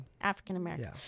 african-american